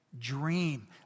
dream